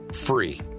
free